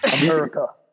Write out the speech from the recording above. america